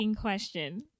question